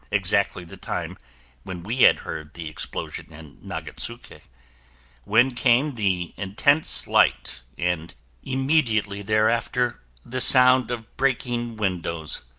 exactly the time when we had heard the explosion in nagatsuke when came the intense light and immediately thereafter the sound of breaking windows,